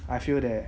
I feel that